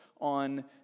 on